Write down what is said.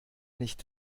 nicht